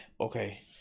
okay